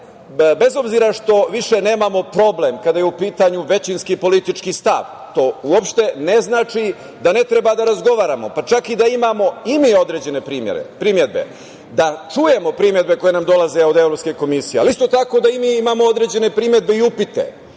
bez obzira što više nemamo problem kada je u pitanju većinski politički stav, to uopšte ne znači da ne treba da razgovaramo, pa čak da imamo i mi određene primedbe, da čujemo primedbe koje nam dolaze od Evropske komisije, ali isto tako, da i mi imamo određene primedbe i upite.